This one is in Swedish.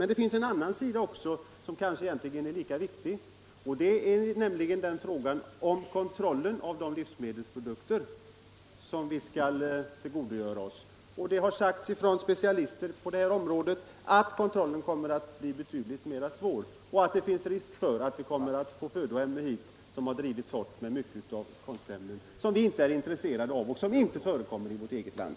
Det finns också en annan sida som egentligen är lika viktig, nämligen frågan om kontrollen av de livsmedelsprodukter som vi skall tillgodogöra oss. Specialister på området har uttalat att kontrollen kommer att bli betydligt svårare och att det finns risk för att vi kommer att få hit födoämnen som har drivits hårt med hjälp av konstämnen som vi inte är intresserade av och som inte förekommer i vårt eget land.